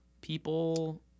people